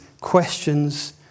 questions